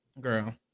Girl